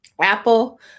Apple